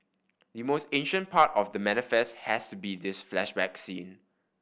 the most ancient part of The Manifest has to be this flashback scene